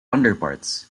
underparts